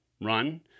run